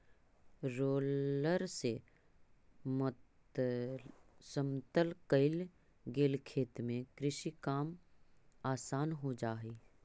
roller से समतल कईल गेल खेत में कृषि काम आसान हो जा हई